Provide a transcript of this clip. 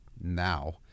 now